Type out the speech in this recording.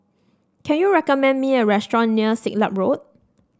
can you recommend me a restaurant near Siglap Road